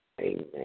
Amen